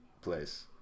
place